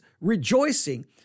rejoicing